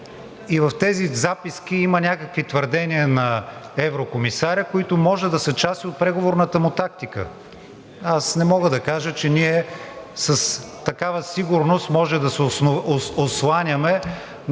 И в тези записки има някакви твърдения на еврокомисаря, които може да са част и от преговорната му тактика. Аз не мога да кажа, че ние с такава сигурност може да се осланяме на това,